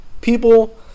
people